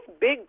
big